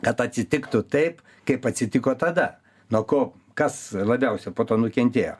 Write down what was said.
kad atsitiktų taip kaip atsitiko tada nuo ko kas labiausia po to nukentėjo